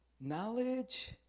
knowledge